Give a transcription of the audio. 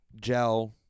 Gel